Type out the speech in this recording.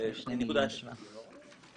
לא 2.7 מיליון.